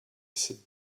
sit